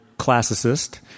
Classicist